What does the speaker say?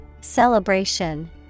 Celebration